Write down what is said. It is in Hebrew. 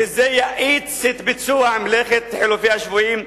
שזה יאיץ את ביצוע מלאכת חילופי השבויים?